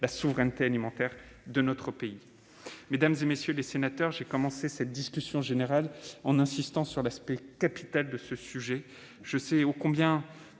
la souveraineté alimentaire de notre pays. Mesdames, messieurs les sénateurs, j'ai entamé cette discussion générale en insistant sur l'aspect capital du sujet. Je sais quelle